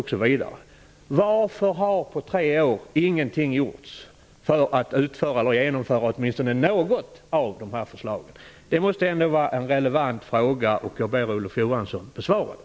Min fråga till Olof Johansson är då: Varför har ingenting gjorts under tre år för att genomföra åtministone något av dessa förslag? Det måste ändå vara en relevant fråga, och jag ber Olof Johansson att besvara den.